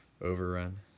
overrun